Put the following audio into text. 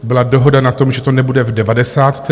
Byla dohoda na tom, že to nebude v devadesátce.